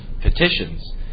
petitions